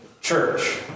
church